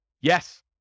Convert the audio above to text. Yes